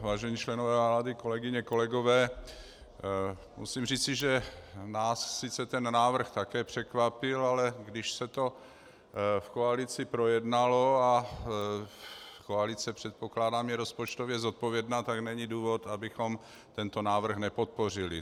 Vážení členové vlády, kolegyně, kolegové, musím říci, že nás sice ten návrh také překvapil, ale když se to v koalici projednalo, a koalice je předpokládám rozpočtově zodpovědná, tak není důvod, abychom tento návrh nepodpořili.